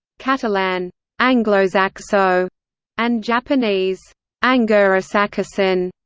catalan anglosaxo and japanese angurosakuson.